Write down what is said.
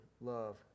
love